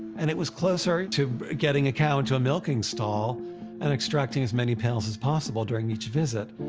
and it was closer to getting a cow into a milking stall and extracting as many pails as possible during each visit.